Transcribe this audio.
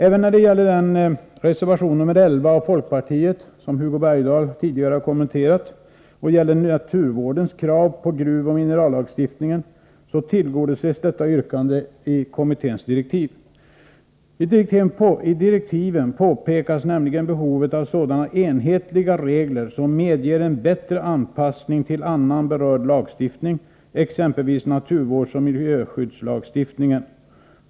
Även när det gäller reservation nr 11 av folkpartiet, som Hugo Bergdahl tidigare har kommenterat och som gäller naturvårdens krav på gruvoch minerallagstiftningen, tillgodoses yrkandet genom kommitténs direktiv. I direktiven påpekas nämligen behovet av sådana enhetliga regler som medger en bättre anpassning till annan berörd lagstiftning, exempelvis naturvårdsoch miljöskyddslagstiftningen.